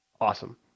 awesome